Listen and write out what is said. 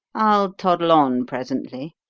i'll toddle on presently,